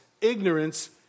Ignorance